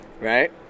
right